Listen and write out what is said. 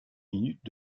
minutes